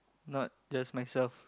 not just myself